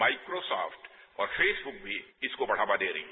Microsoft और Facebook भी इसको बढ़ावा दे रही है